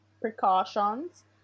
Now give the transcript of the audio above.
precautions